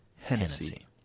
Hennessy